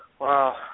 Wow